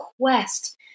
quest